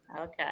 Okay